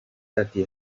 ati